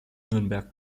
nürnberg